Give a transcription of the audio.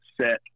set